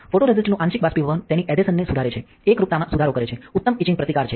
ફોટોરેસિસ્ટનું આંશિક બાષ્પીભવન તેની એધેસનને સુધારે છે એકરૂપતામાં સુધારો કરે છે ઉત્તમ ઇચિંગ પ્રતિકાર છે